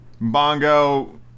Bongo